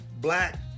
black